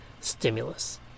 stimulus